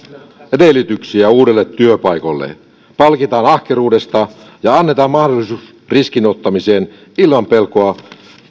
edellytyksiä uusille työpaikoille palkitaan ahkeruudesta ja annetaan mahdollisuus riskin ottamiseen ilman pelkoa